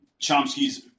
Chomsky's